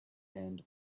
end